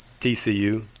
TCU